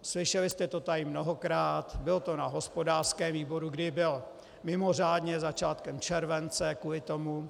Slyšeli jste to tady mnohokrát, bylo to na hospodářském výboru, který byl mimořádně začátkem července kvůli tomu.